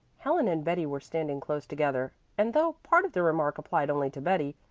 helen and betty were standing close together, and though part of the remark applied only to betty,